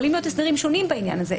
יכולים להיות הסדרים שונים בעניין הזה.